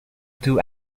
two